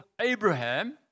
Abraham